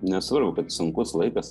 nesvarbu kad sunkus laikas